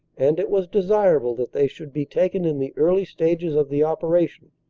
and it was desirable that they should be taken in the early stages of the operation,